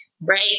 right